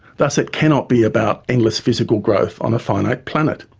thus it cannot be about endless physical growth on a finite planet.